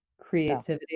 creativity